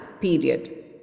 period